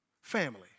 family